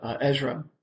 Ezra